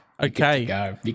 Okay